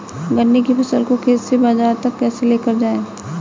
गन्ने की फसल को खेत से बाजार तक कैसे लेकर जाएँ?